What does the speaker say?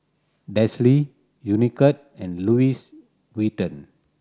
Delsey Unicurd and Louis Vuitton